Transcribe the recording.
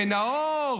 ונאור,